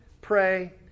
pray